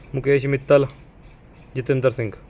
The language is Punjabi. ਮੁਕੇਸ਼ ਮਿੱਤਲ ਜਤਿੰਦਰ ਸਿੰਘ